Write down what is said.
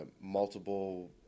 multiple